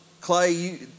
Clay